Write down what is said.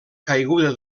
caiguda